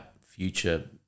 future